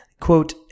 quote